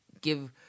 give